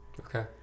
Okay